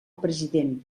president